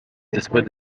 después